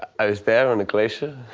i was there on a glacier,